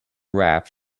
raft